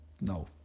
No